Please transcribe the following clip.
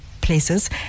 places